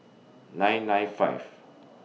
nine nine five